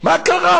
מה קרה?